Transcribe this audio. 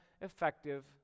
effective